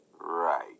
Right